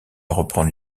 reprendre